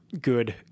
good